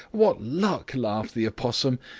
what luck! laughed the opossum,